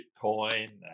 Bitcoin